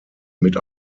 mit